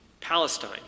Palestine